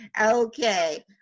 Okay